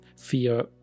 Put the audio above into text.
fear